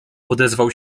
odezwał